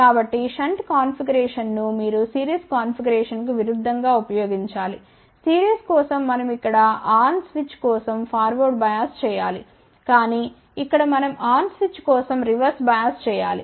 కాబట్టి షంట్ కాన్ఫిగరేషన్ను మీరు సిరీస్ కాన్ఫిగరేషన్కు విరుద్ధం గా ఉపయోగించాలి సిరీస్ కోసం మనం ఇక్కడ ఆన్ స్విచ్ కోసం ఫార్వర్డ్ బయాస్ చేయాలి కానీ ఇక్కడ మనం ఆన్ స్విచ్ కోసం రివర్స్ బయాస్ చేయాలి